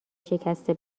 شکسته